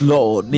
Lord